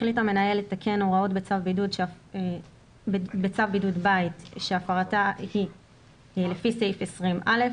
החליט המנהל לתקן הוראות בצו בידוד בית שהפרתה היא לפי סעיף 20א,